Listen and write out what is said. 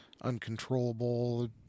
uncontrollable